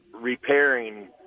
repairing